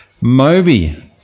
Moby